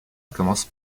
commence